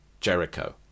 Jericho